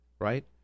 right